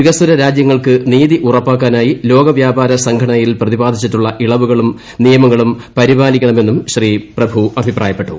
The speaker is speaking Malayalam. വികസ്വര രാജ്യങ്ങൾക്ക് നീതി ഉറപ്പാക്കാനായി ലോകവ്യാപാര സംഘടനയിൽ പ്രതിപാദിച്ചിട്ടുള്ള ഇളവുകളും നിയമങ്ങളും പരിപാലിക്കണമെന്നും ശ്രീ പ്രഭു അഭിപ്രായപ്പെട്ടു